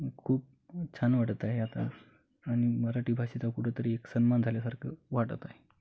खूप छान वाटत आहे आता आणि मराठी भाषेचा कुठंतरी एक सन्मान झाल्यासारखं वाटत आहे